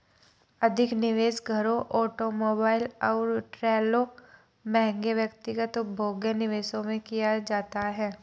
अधिक निवेश घरों ऑटोमोबाइल और ट्रेलरों महंगे व्यक्तिगत उपभोग्य निवेशों में किया जाता है